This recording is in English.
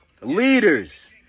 Leaders